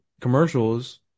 commercials